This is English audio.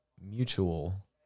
mutual